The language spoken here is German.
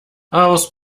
aus